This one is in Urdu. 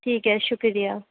ٹھیک ہے شُکریہ